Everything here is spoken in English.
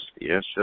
yes